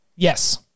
Yes